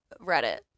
Reddit